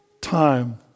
time